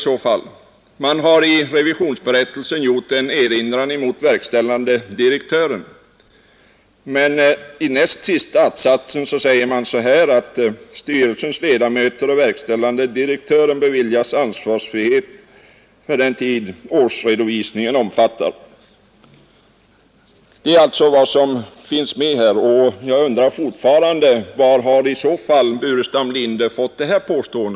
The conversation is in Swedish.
Revisorerna har i sin berättelse gjort en erinran mot verkställande direktören, men i näst sista att-satsen sägs att styrelsens ledamöter och verkställande direktören beviljas ansvarsfrihet för den tid årsredovisningen omfattar. Jag undrar fortfarande varifrån herr Burenstam Linder fått sina uppgifter.